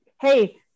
hey